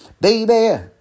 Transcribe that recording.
Baby